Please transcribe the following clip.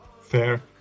Fair